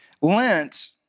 Lent